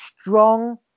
strong